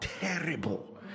terrible